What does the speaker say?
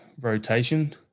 rotation